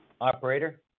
Operator